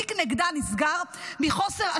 התיק נגדה נסגר מחוסר אשמה.